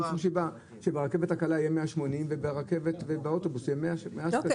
אין שום סיבה שברכבת הקלה יהיה 180 שקלים ובאוטובוס יהיה 120 שקלים.